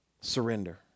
Surrender